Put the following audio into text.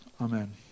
Amen